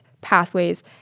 pathways